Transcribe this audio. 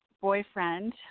boyfriend